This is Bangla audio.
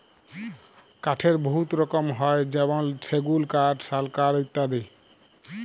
কাঠের বহুত রকম হ্যয় যেমল সেগুল কাঠ, শাল কাঠ ইত্যাদি